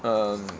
um